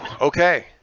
okay